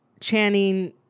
Channing